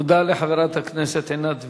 תודה לחברת הכנסת עינת וילף.